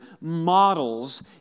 models